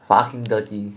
fucking dirty